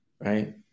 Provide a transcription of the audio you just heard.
Right